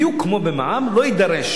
בדיוק כמו במע"מ, לא יידרש